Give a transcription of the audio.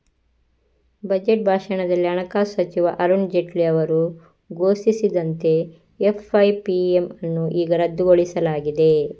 budget ಭಾಷಣದಲ್ಲಿ ಹಣಕಾಸು ಸಚಿವ ಅರುಣ್ ಜೇಟ್ಲಿ ಅವರು ಘೋಷಿಸಿದಂತೆ ಎಫ್.ಐ.ಪಿ.ಎಮ್ ಅನ್ನು ಈಗ ರದ್ದುಗೊಳಿಸಲಾಗಿದೆ